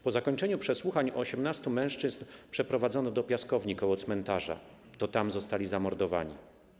Po zakończeniu przesłuchań 18 mężczyzn przeprowadzono do piaskowni koło cmentarza, to tam zostali zamordowani.